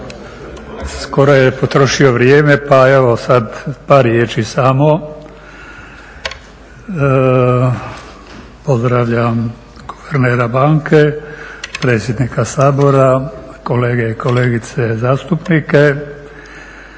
Skoro je potrošio vrijeme pa evo sad par riječi samo. Pozdravljam guvernera banke, predsjednika Sabora, kolege i kolegice zastupnike.